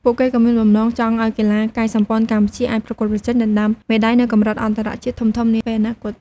ពួកគេក៏មានបំណងចង់ឱ្យកីឡាកាយសម្ព័ន្ធកម្ពុជាអាចប្រកួតប្រជែងដណ្តើមមេដៃនៅកម្រិតអន្តរជាតិធំៗនាពេលអនាគត។